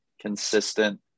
consistent